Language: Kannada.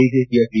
ಬಿಜೆಪಿಯ ಪಿ